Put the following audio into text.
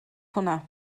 hwnna